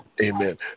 Amen